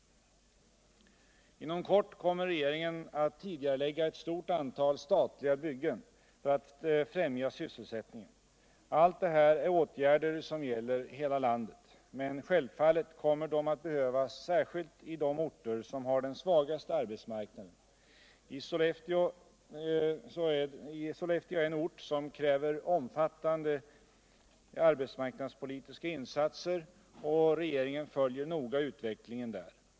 Inom kort kommer regeringen att tidigarelägga et stort antal statliga byggen för att främja sysselsättningen. Allt det här är åtgärder som gäller hela landet, men självfallet Kommer de att behövas särskilt i de orter som har den svagaste arbetsmarknaden. Sollefteå är en ort som kräver omfattande arbetsmarknadspolitiska insatser, och regeringen följer noga utvecklingen där.